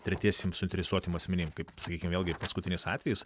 tretiesiem suinteresuotiem asmenim kaip sakykim vėlgi paskutinis atvejis